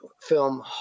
film